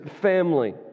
family